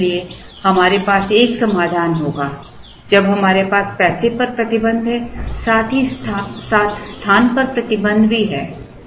और इसलिए हमारे पास एक समाधान होगा जब हमारे पास पैसे पर प्रतिबंध है साथ ही साथ स्थान पर प्रतिबंध भी है